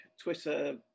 Twitter